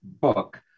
book